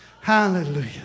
Hallelujah